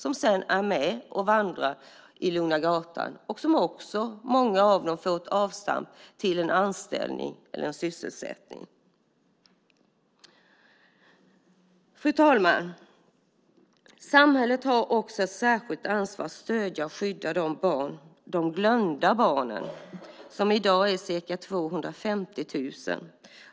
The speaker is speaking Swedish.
De är med och vandrar i Lugna Gatan. För många blir det ett avstamp till en anställning eller sysselsättning. Fru talman! Samhället har också ett särskilt ansvar att skydda de glömda barnen. De är i dag ca 250 000.